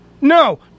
No